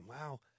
wow